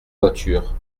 voitures